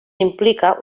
implica